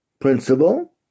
principle